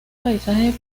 pasajes